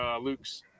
Luke's